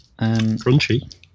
Crunchy